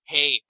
Hey